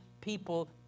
people